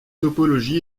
topologie